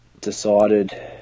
decided